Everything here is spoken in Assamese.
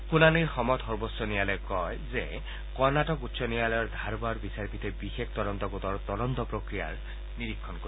শুনানিৰ সময়ত সৰ্বোচ্চ ন্যায়ালয়ে কয় যে কৰ্ণাটক উচ্চ ন্যায়ালয়ৰ ধাৰৱাড় বিচাৰপীঠে বিশেষ তদন্ত গোটৰ তদন্ত প্ৰক্ৰিয়াৰ নিৰীক্ষণ কৰিব